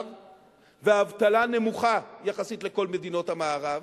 ואבטלה נמוכה יחסית לכל מדינות המערב,